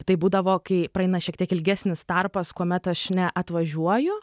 tai būdavo kai praeina šiek tiek ilgesnis tarpas kuomet aš neatvažiuoju